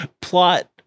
plot